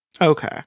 Okay